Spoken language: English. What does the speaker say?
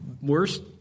worst